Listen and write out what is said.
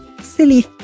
silly